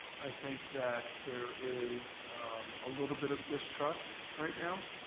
i think that there is a little bit of distrust right now.